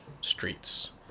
streets